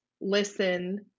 listen